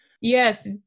Yes